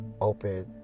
open